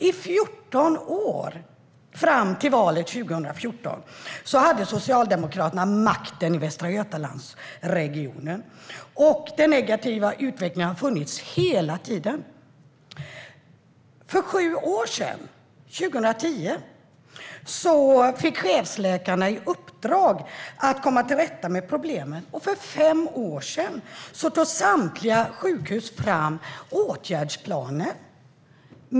I 14 år, fram till valet 2014, hade Socialdemokraterna makten i Västra Götalandsregionen. Den negativa utvecklingen har funnits hela tiden. För sju år sedan, 2010, fick chefsläkarna i uppdrag att komma till rätta med problemen. För fem år sedan tog samtliga sjukhus fram åtgärdsplaner.